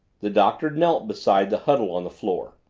the doctor knelt beside the huddle on the floor.